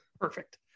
perfect